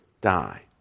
die